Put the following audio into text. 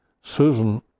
Susan